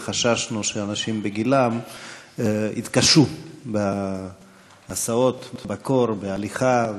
וחששנו שאנשים בגילם יתקשו בהסעות בקור והליכה,